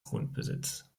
grundbesitz